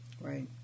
Right